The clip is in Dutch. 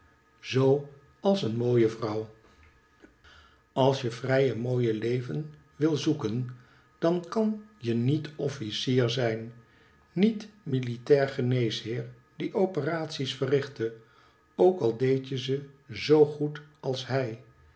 zoo als een mooie vrouw als je vrij je mooie leven wi zoeken dan kin je niet officier zijn niet militair geneesheer die operaties verrichtte ook al deedt je ze zo goed als hij